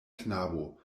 knabo